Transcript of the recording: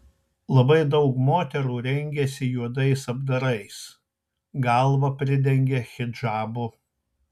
labai daug moterų rengiasi juodais apdarais galvą pridengia hidžabu